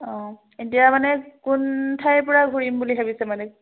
অঁ এতিয়া মানে কোন ঠাইৰ পৰা ঘূৰিম বুলি ভাবিছে মানে